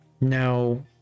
now